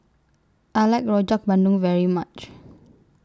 I like Rojak Bandung very much